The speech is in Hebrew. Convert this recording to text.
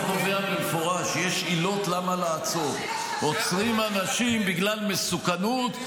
החוק קובע במפורש שיש עילות למה לעצור: עוצרים אנשים בגלל מסוכנות,